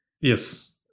Yes